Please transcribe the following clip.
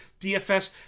DFS